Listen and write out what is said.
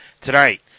tonight